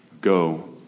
Go